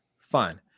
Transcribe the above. Fine